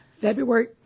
February